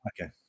okay